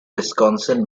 wisconsin